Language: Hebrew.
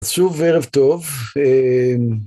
שוב, ערב טוב.